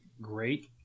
great